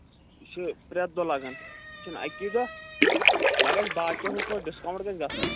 یہِ چھِ پرٛٮ۪تھ دۄہ لگان یہِ چھِنہٕ اَکی دۄہ مَگر باقٕیو کھۄتہٕ ڈِسکاوُنٛٹ گژھِ گژھُن